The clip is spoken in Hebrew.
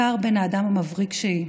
הפער בין האדם המבריק שהיא